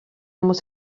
muss